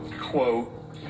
quote